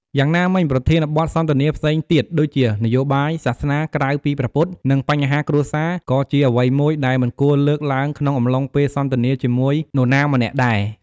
យ៉ាងណាមិញ ប្រធានបទសន្ទនាផ្សេងទៀត ដូចជា នយោបាយ សាសនាក្រៅពីព្រះពុទ្ធ និង បញ្ហាគ្រួសារ ក៏ជាអ្វីមួយដែលមិនគួរលើកឡើងក្នុងអំឡុងពេលសន្ទនាជាមួយនរណាម្នាក់ដែរ។